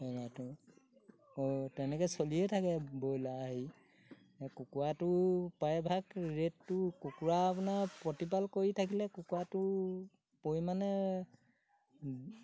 ব্ৰইলাৰটো অঁ তেনেকৈ চলিয়ে থাকে ব্ৰইলাৰ হেৰি কুকুৰাটো প্ৰায়ভাগ ৰেটটো কুকুৰা আপোনাৰ প্ৰতিপাল কৰি থাকিলে কুকুৰাটো পৰিমাণে